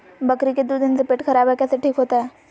बकरी के दू दिन से पेट खराब है, कैसे ठीक होतैय?